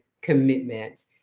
commitment